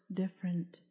different